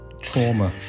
trauma